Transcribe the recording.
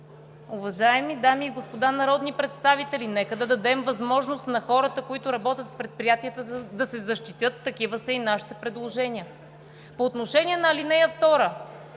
Уважаеми дами и господа народни представители, нека да дадем възможност на хората, които работят в предприятията, да се защитят. Такива са и нашите предложения. По отношение на ал. 2